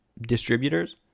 distributors